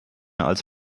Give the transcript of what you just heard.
als